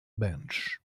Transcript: bench